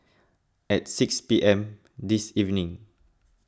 at six P M this evening